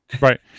Right